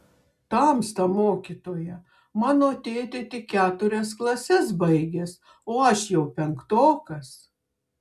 tamsta mokytoja mano tėtė tik keturias klases baigęs o aš jau penktokas